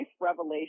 revelation